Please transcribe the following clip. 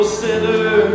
sinner